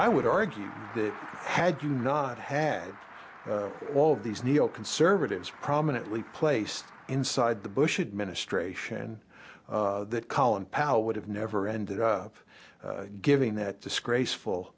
i would argue that had you not had all these neoconservatives prominently placed inside the bush administration that collin powell would have never ended up giving that disgraceful